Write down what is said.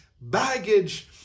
baggage